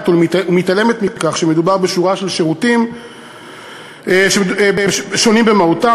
ומתעלמת מכך שמדובר בשורה של שירותים שונים במהותם.